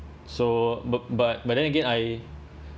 so but but but then again I